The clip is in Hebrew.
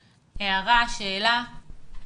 הערה, שאלה.